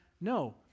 No